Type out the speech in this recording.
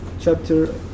Chapter